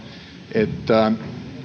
että